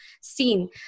seen